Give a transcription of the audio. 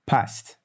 Past